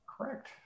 Correct